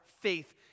faith